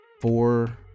four